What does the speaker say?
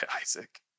Isaac